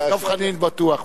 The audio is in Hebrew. דב חנין בטוח.